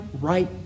right